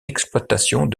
d’exploitations